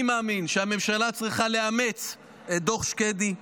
אני מאמין שהממשלה צריכה לאמץ את דוח שקדי,